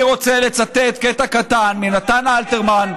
אני רוצה לצטט קטע קטן מנתן אלתרמן,